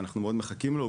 ואנחנו מאוד מחכים לו.